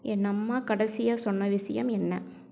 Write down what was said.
என் அம்மா கடைசியாக சொன்ன விஷயம் என்ன